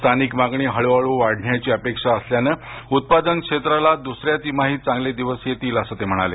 स्थानिक मागणी हळूहळू वाढण्याची अपेक्षा असल्यानं उत्पादन क्षेत्राला दुसऱ्या तिमाहीत चांगले दिवस येतील असं ते म्हणाले